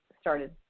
started